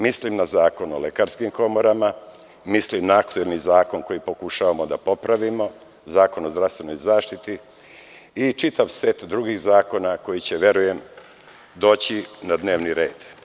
Mislim na Zakon o lekarskim komorama, mislim na aktuelni zakon koji pokušavamo da popravimo, zakon o zdravstvenoj zaštiti i čitav set drugih zakona koji će, verujem, doći na dnevni red.